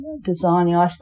designing